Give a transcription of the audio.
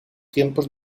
tiempos